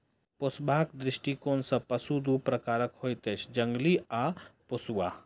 पोसबाक दृष्टिकोण सॅ पशु दू प्रकारक होइत अछि, जंगली आ पोसुआ